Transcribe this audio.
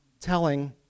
telling